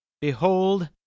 Behold